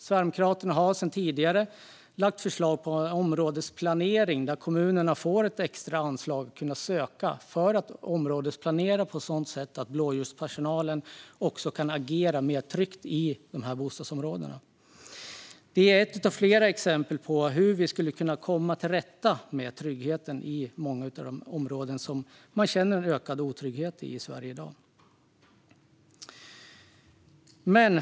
Sverigedemokraterna har tidigare lagt fram förslag om områdesplanering, där kommunerna får ett extra anslag som de kan söka för att områdesplanera på ett sådant sätt att blåljuspersonalen kan agera mer tryggt i bostadsområdena. Detta är ett av flera exempel på hur vi kan komma till rätta med tryggheten i många av de områden i Sverige där man känner en ökad otrygghet i dag.